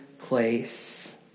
place